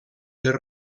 per